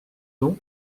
nom